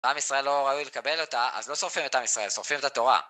עם ישראל לא ראוי לקבל אותה, אז לא שורפים את עם ישראל, שורפים את התורה.